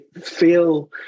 feel